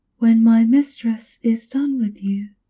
when my mistress is done with you,